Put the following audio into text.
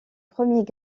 premiers